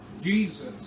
Jesus